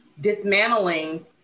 dismantling